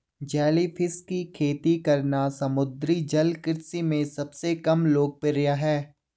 jellyfish की खेती करना समुद्री जल कृषि के सबसे कम लोकप्रिय है